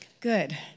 Good